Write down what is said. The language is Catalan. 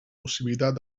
possibilitat